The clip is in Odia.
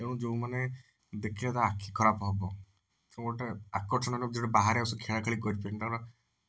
ତେଣୁ ଯେଉଁମାନେ ଦେଖିବେ ତା ଆଖି ଖରାପ ହେବ ସେ ଗୋଟେ ଆକର୍ଷଣ ଯେଉଁଟା ବାହାରେ ସେ ଖେଳା ଖେଳି କରି ପାରିବେନି